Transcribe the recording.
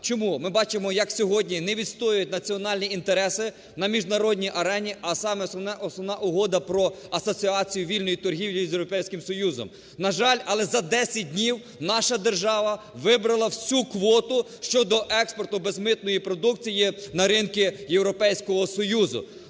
Чому? Ми бачимо, як сьогодні не відстоюють національні інтереси на міжнародній арені, а сама основна Угода про асоціацію вільної торгівлі з Європейським Союзом. На жаль, але за десять днів наша держава вибрала всю квоту щодо експорту безмитної продукції на ринки Європейського Союзу.